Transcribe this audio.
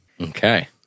Okay